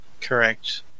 Correct